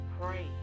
pray